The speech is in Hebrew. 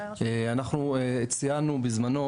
אנחנו ציינו בזמנו,